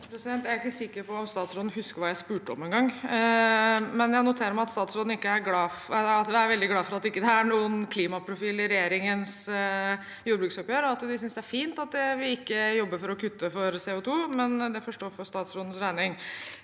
Jeg er ikke sikker på om statsråden engang husker hva jeg spurte om, men jeg noterer meg at statsråden er veldig glad for at det ikke er noen klimaprofil i regjeringens jordbruksoppgjør, og at de synes det er fint at vi ikke jobber for å kutte CO2. Det får stå for statsrådens regning.